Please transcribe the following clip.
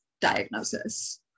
diagnosis